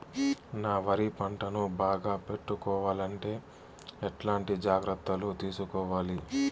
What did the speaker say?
నా వరి పంటను బాగా పెట్టుకోవాలంటే ఎట్లాంటి జాగ్రత్త లు తీసుకోవాలి?